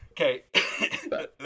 Okay